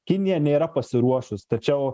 kinija nėra pasiruošus tačiau